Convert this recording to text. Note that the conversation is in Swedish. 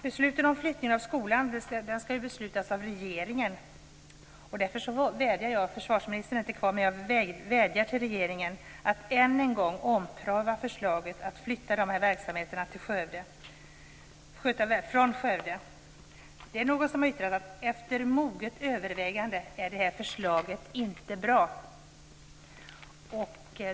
Besluten om flyttning av skolan skall fattas av regeringen. Därför vädjar jag - försvarsministern är visserligen inte kvar - att än en gång ompröva förslaget att flytta de här verksamheterna från Skövde. Det är någon som har yttrat: "Efter moget övervägande är förslaget inte bra".